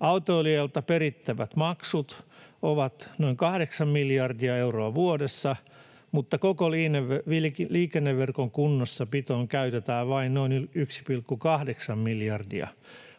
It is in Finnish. Autoilijoilta perittävät maksut ovat noin 8 miljardia euroa vuodessa, mutta koko liikenneverkon kunnossapitoon käytetään vain noin 1,8 miljardia,